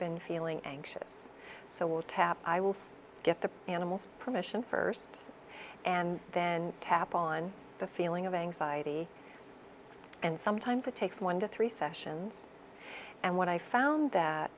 been feeling anxious so will tap i will get the animals permission first and then tap on the feeling of anxiety and sometimes it takes one to three sessions and when i found that